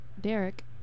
Derek